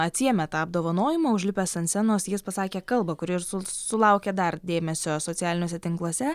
atsiėmė tą apdovanojimą užlipęs ant scenos jis pasakė kalbą kuri ir su sulaukė dar dėmesio socialiniuose tinkluose